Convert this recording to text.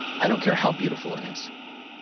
i don't care how beautiful it is.